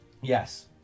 Yes